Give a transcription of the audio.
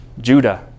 Judah